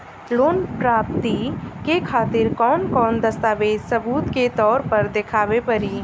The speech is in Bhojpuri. लोन प्राप्ति के खातिर कौन कौन दस्तावेज सबूत के तौर पर देखावे परी?